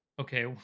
Okay